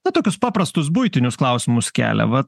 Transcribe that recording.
na tokius paprastus buitinius klausimus kelia va